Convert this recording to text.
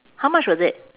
how much was it